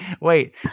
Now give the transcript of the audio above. wait